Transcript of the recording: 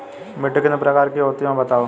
मिट्टी कितने प्रकार की होती हैं बताओ?